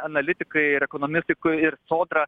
analitikai ir ekonomistai kur ir sodra